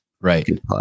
Right